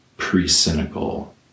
pre-cynical